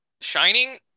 Shining